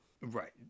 Right